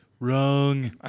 Wrong